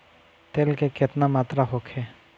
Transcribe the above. तेल के केतना मात्रा होखे?